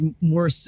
more